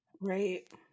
Right